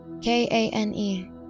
K-A-N-E